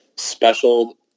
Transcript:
special